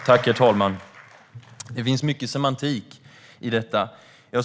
Herr talman! Det finns mycket semantik i detta.